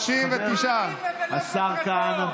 השר כהנא,